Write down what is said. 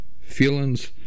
Feelings